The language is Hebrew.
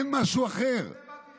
אין משהו אחר.